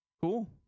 cool